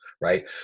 right